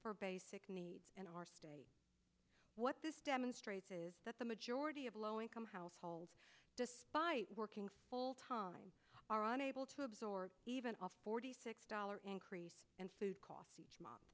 for basic needs in our state what this demonstrates is that the majority of low income households despite working full time are unable to absorb even a forty six dollar increase in food costs each month